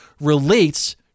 relates